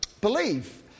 believe